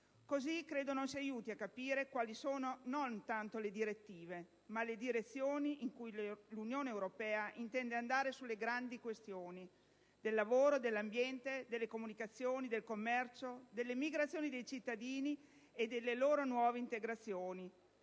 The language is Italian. che questo non ci aiuti a capire quali sono non tanto le direttive, quanto piuttosto le direzioni verso cui l'Unione europea intende andare sulle grandi questioni del lavoro, dell'ambiente, delle comunicazioni, del commercio, delle migrazioni dei cittadini e delle loro nuove integrazioni,